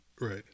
Right